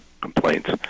complaints